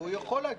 הוא יכול להגיש.